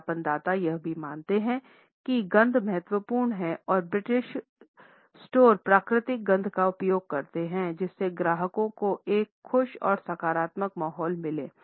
विज्ञापनदाता यह भी मानते हैं कि गंध महत्वपूर्ण है और ब्रिटिश स्टोर प्राकृतिक गंध का उपयोग करते हैं जिससे ग्राहकों को एक खुश और सकारात्मक माहौल मिले